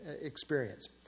experience